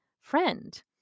friend